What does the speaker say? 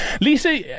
lisa